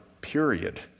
period